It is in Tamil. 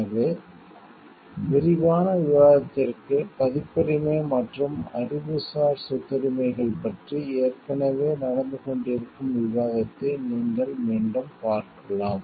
எனவே விரிவான விவாதத்திற்கு பதிப்புரிமை மற்றும் அறிவுசார் சொத்துரிமைகள் பற்றி ஏற்கனவே நடந்து கொண்டிருக்கும் விவாதத்தை நீங்கள் மீண்டும் பார்க்கலாம்